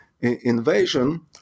invasion